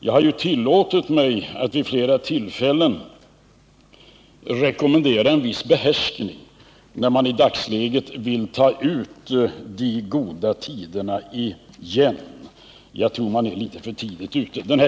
Jag har tillåtit mig att vid flera tillfällen rekommendera viss behärskning då man i dagsläget vill ta ut de goda tiderna i förskott. Jag tror man är litet för tidigt ute.